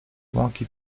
łąki